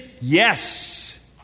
yes